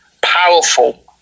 powerful